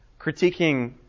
critiquing